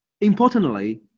importantly